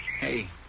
Hey